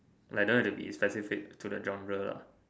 like don't have to be specific to the genre lah